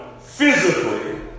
physically